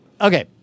Okay